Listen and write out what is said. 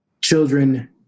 Children